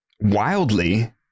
wildly